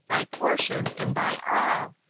thy portion, and thy all.